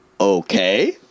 Okay